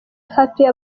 hatuye